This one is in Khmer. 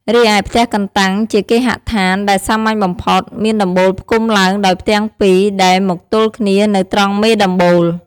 រីឯ ផ្ទះកន្តាំងជាគេហដ្ឋានដែលសាមញ្ញបំផុតមានដំបូលផ្គុំឡើងដោយផ្ទាំងពីរ ដែលមកទល់គ្នានៅត្រង់មេដំបូល។